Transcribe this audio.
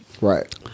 Right